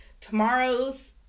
tomorrow's